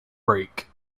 break